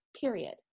period